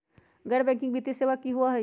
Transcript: गैर बैकिंग वित्तीय सेवा की होअ हई?